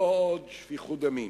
לא עוד שפיכות דמים".